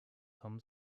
tom